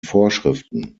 vorschriften